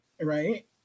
right